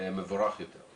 מבורך יותר.